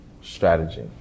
Strategy